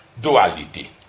duality